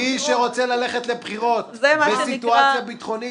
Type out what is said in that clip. מי שרוצה ללכת לבחירות בסיטואציה ביטחונית